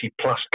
plus